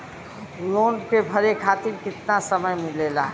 Loan के भरे खातिर कितना समय मिलेला?